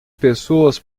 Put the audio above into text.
pessoas